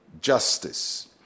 justice